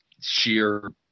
sheer